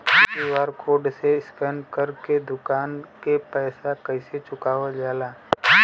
QR code से scan कर के दुकान के पैसा कैसे चुकावल जाला?